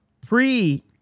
pre